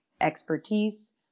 expertise